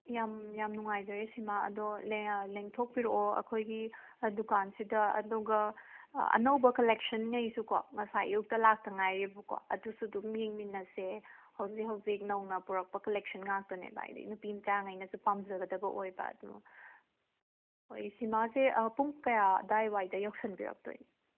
ꯌꯥꯝ ꯌꯥꯝ ꯅꯨꯡꯉꯥꯏꯖꯔꯦ ꯁꯤꯃꯥ ꯑꯗꯣ ꯂꯦꯡꯊꯣꯛꯄꯤꯔꯛꯑꯣ ꯑꯩꯈꯣꯏꯒꯤ ꯗꯨꯀꯥꯟꯁꯤꯗ ꯑꯗꯨꯒ ꯑꯅꯧꯕ ꯀꯂꯦꯛꯁꯟꯒꯩꯁꯨꯀꯣ ꯉꯁꯥꯏ ꯑꯌꯨꯛꯇ ꯂꯥꯛꯇ ꯉꯥꯏꯔꯤꯕꯀꯣ ꯑꯗꯨꯁꯨ ꯑꯗꯨꯝ ꯌꯦꯡꯃꯤꯟꯅꯁꯦ ꯍꯧꯖꯤꯛ ꯍꯧꯖꯤꯛ ꯅꯧꯅ ꯄꯨꯔꯛꯄ ꯀꯂꯦꯛꯁꯟ ꯉꯥꯛꯇꯅꯦꯕ ꯍꯥꯏꯗꯤ ꯅꯨꯄꯤ ꯃꯆꯥꯒꯩꯅꯁꯨ ꯄꯥꯝꯖꯒꯗꯕ ꯑꯣꯏꯕ ꯑꯗꯨ ꯍꯣꯏ ꯁꯤꯃꯥꯁꯦ ꯄꯨꯡ ꯀꯌꯥ ꯑꯗꯥꯏꯋꯥꯏꯗ ꯌꯧꯁꯤꯟꯕꯤꯔꯛꯇꯣꯏꯅꯣ